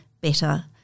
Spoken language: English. better